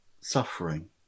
suffering